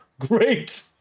Great